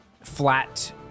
flat